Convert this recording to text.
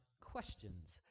questions